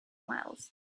miles